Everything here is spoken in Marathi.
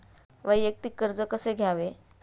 वैयक्तिक कर्ज कसे घ्यावे?